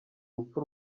urupfu